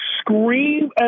scream